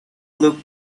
looked